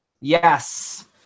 Yes